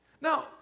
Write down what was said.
Now